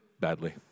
badly